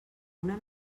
una